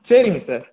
சரிங்க சார்